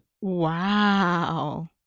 Wow